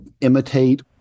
imitate